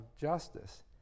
justice